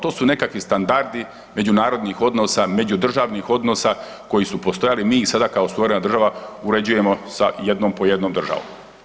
To su nekakvi standardi međunarodnih odnosa, međudržavnih odnosa, koji su postojali i mi ih sada kao stvorena država uređujemo sa jednom po jednom državom.